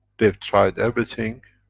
they've tried everything